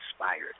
inspired